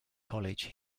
college